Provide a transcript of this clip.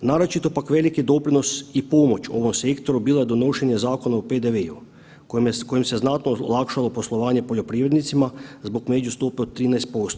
Naročito pak veliki doprinos i pomoć ovom sektoru bilo je donošenje Zakona o PDV-u, kojim se znatno olakšalo poslovanje poljoprivrednicima zbog međustope od 13%